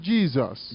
Jesus